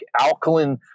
alkaline